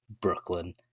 brooklyn